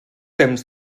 temps